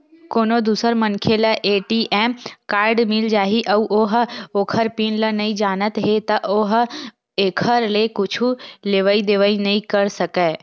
कोनो दूसर मनखे ल ए.टी.एम कारड मिल जाही अउ ओ ह ओखर पिन ल नइ जानत हे त ओ ह एखर ले कुछु लेवइ देवइ नइ कर सकय